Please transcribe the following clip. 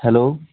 hello